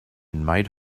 made